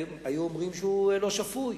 היו אומרים שהוא לא שפוי.